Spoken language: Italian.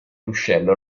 ruscello